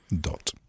dot